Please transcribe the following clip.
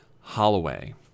Holloway